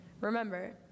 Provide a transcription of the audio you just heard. Remember